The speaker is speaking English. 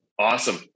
Awesome